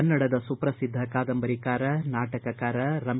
ಕನ್ನಡದ ಸುಪ್ರುದ್ಧ ಕಾದಂಬರಿಕಾರ ನಾಟಕಕಾರ ರಂ